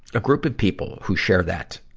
a group of people who share that,